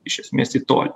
iš esmės į tolį